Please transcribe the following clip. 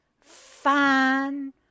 fine